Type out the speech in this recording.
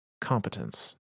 competence